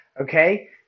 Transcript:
Okay